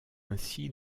ainsi